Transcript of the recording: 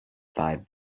five